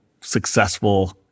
successful